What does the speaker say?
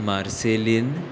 Marceline